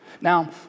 Now